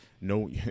no